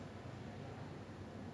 this [one] quite tough ah